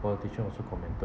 politician also commented